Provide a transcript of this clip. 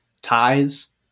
ties